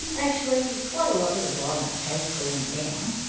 and actually quite a lot of the violence has gone down.